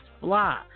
fly